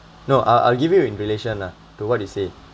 no I'll I'll give you in relation ah to what you say